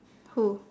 who